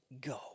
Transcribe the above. go